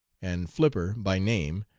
and flipper by name,